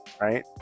right